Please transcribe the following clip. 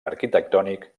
arquitectònic